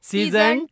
Season